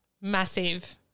Massive